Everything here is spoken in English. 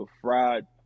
fried